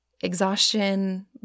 exhaustion